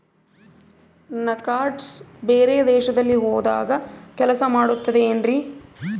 ನನ್ನ ಕಾರ್ಡ್ಸ್ ಬೇರೆ ದೇಶದಲ್ಲಿ ಹೋದಾಗ ಕೆಲಸ ಮಾಡುತ್ತದೆ ಏನ್ರಿ?